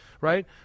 Right